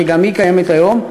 שגם היא קיימת היום,